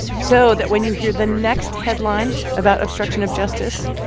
so that when you hear the next headline about obstruction of justice,